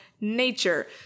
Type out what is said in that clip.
nature